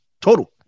total